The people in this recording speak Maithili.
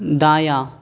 दायाँ